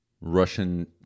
russian